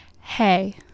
hey